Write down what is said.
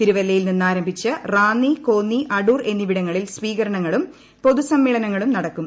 തിരുവല്ലയിൽ നിന്നാരംഭിച്ച് റാന്നി കോന്നി അടൂർ എന്നിവിടങ്ങളിൽ സ്വീകരണങ്ങളും പൊതുസമ്മേളനങ്ങളും നടക്കും